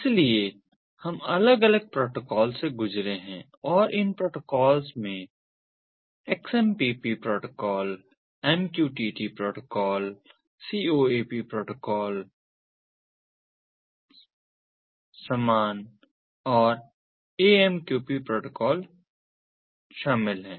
इसलिए हम अलग अलग प्रोटोकॉल्स से गुजरे हैं और इन प्रोटोकॉल में X M P P protocol M Q T T protocol C O A P protocol सामना और A M Q P protocol शामिल हैं